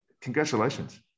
congratulations